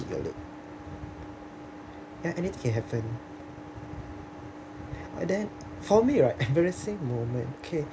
your leg ya anything can happen and then for me right embarrassing moment okay